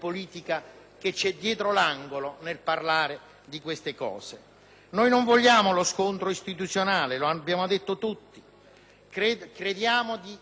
Noi non vogliamo lo scontro istituzionale, lo abbiamo detto tutti. Per questo bisogna raccomandare ancora una volta di abbassare i toni,